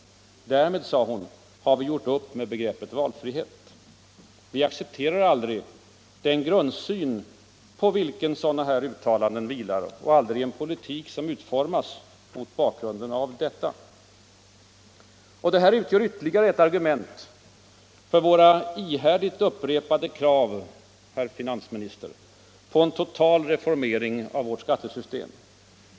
Hon fortsatte: ”Därmed har vi gjort upp med begreppet valfrihet.” Vi accepterar aldrig den grundsyn på vilken sådana uttalanden vilar, aldrig den politik som utformas mot bakgrunden därav. Detta utgör ytterligare ett argument för våra ihärdigt upprepade krav, herr finansminister, på en total reformering av vårt skattesystem.